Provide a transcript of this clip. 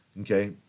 okay